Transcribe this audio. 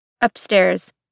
upstairs